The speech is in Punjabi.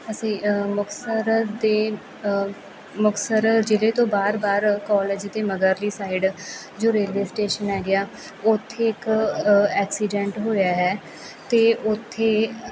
ਅਸੀਂ ਮੁਕਤਸਰ ਦੇ ਮੁਕਸਰ ਜ਼ਿਲ੍ਹੇ ਤੋਂ ਬਾਹਰ ਬਾਹਰ ਕਾਲਜ ਦੇ ਮਗਰਲੀ ਸਾਈਡ ਜੋ ਰੇਲਵੇ ਸਟੇਸ਼ਨ ਹੈਗੇ ਆ ਉੱਥੇ ਇੱਕ ਐਕਸੀਡੈਂਟ ਹੋਇਆ ਹੈ ਅਤੇ ਉੱਥੇ